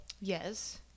Yes